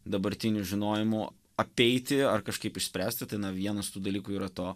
dabartiniu žinojimu apeiti ar kažkaip išspręsti tai na vienas tų dalykų yra to